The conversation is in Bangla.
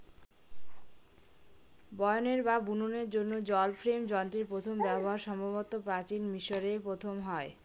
বয়নের বা বুননের জন্য জল ফ্রেম যন্ত্রের প্রথম ব্যবহার সম্ভবত প্রাচীন মিশরে প্রথম হয়